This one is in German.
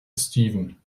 steven